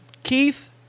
Keith